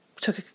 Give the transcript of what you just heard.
took